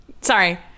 Sorry